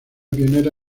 pionera